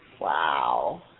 Wow